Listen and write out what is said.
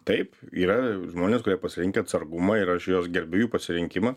taip yra žmonės kurie pasirinkę atsargumą ir aš juos gerbiu jų pasirinkimą